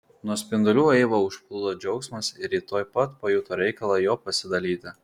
nuo spindulių eivą užplūdo džiaugsmas ir ji tuoj pat pajuto reikalą juo pasidalyti